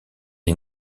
est